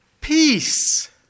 peace